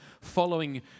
following